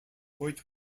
hoyt